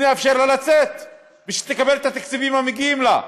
נאפשר לה לצאת ושתקבל את התקציבים המגיעים לה.